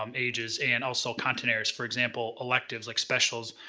um ages, and also content areas, for example, electives like specials,